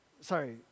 Sorry